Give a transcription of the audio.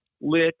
lit